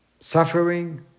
suffering